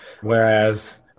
Whereas